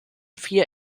vier